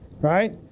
Right